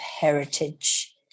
heritage